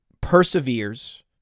Perseveres